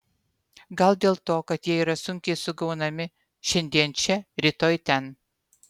gal dėl to kad jie yra sunkiai sugaunami šiandien čia rytoj ten